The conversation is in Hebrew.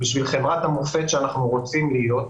בשביל חברת המופת שאנחנו רוצים להיות.